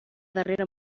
darrera